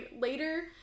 later